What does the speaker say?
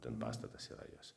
ten pastatas yra jos